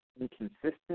inconsistent